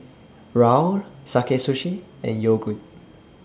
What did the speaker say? Raoul Sakae Sushi and Yogood